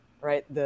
right